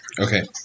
Okay